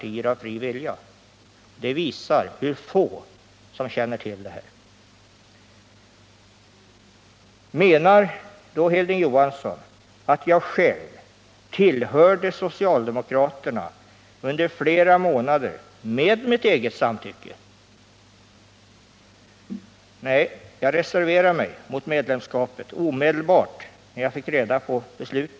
Detta visar ju hur många det är som känner till detta. Menar Hilding Johansson att jag själv tillhörde det socialdemokratiska partiet under flera månader med mitt eget samtycke? Nej, jag reserverade mig Nr 43 mot medlemskapet omedelbart som jag fick reda på beslutet.